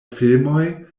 filmoj